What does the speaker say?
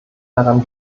daran